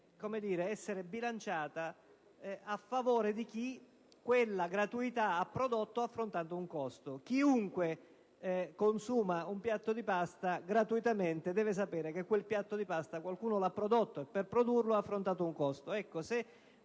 essere bilanciata a favore di chi quella gratuità ha prodotto affrontando un costo. Chiunque consuma un piatto di pasta gratuitamente deve sapere che quel piatto qualcuno l'ha prodotto e per produrlo ha affrontato un costo;